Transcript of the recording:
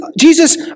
Jesus